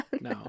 No